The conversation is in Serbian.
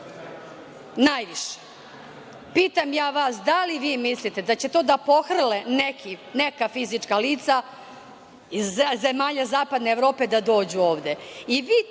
najviše. Pitam ja vas – da li vi mislite da će to da pohrle neka fizička lica iz zemalja zapadne Evrope da dođu ovde?